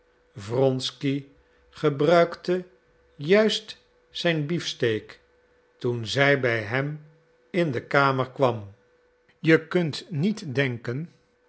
wronsky gebruikte juist zijn beefsteak toen zij bij hem in de kamer kwam je kunt niet denken